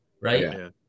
right